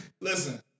Listen